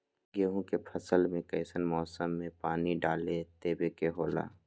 गेहूं के फसल में कइसन मौसम में पानी डालें देबे के होला?